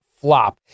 flop